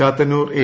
Chathannoor A